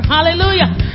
Hallelujah